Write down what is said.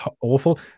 awful